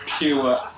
pure